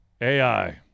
AI